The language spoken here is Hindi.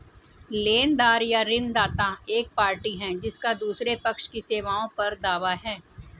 लेनदार या ऋणदाता एक पार्टी है जिसका दूसरे पक्ष की सेवाओं पर दावा है